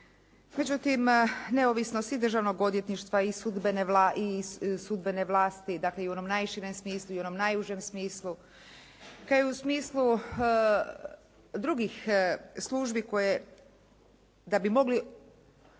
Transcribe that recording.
Međutim, neovisnost i državnog odvjetništva i sudbene vlasti dakle, i onom najširem smislu i u onom najužem smislu, kao i u smislu drugih službi koje da bi mogli